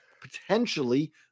potentially